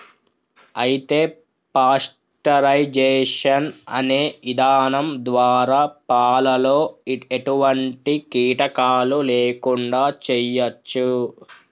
అయితే పాస్టరైజేషన్ అనే ఇధానం ద్వారా పాలలో ఎటువంటి కీటకాలు లేకుండా చేయచ్చు